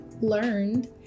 learned